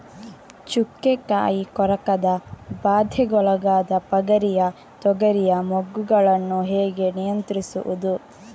ಚುಕ್ಕೆ ಕಾಯಿ ಕೊರಕದ ಬಾಧೆಗೊಳಗಾದ ಪಗರಿಯ ತೊಗರಿಯ ಮೊಗ್ಗುಗಳನ್ನು ಹೇಗೆ ನಿಯಂತ್ರಿಸುವುದು?